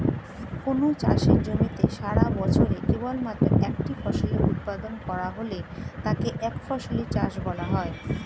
কোনও চাষের জমিতে সারাবছরে কেবলমাত্র একটি ফসলের উৎপাদন করা হলে তাকে একফসলি চাষ বলা হয়